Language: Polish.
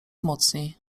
mocniej